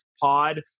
Pod